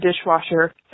dishwasher